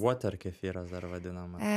voter kefyras dar vadinamas